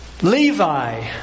Levi